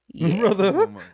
Brother